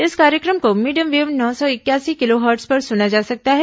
इस कार्यक्रम को मीडियम वेव नौ सौ इकयासी किलोहर्ट्ज पर सुना जा सकता है